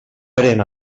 pren